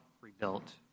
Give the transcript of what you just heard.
rebuilt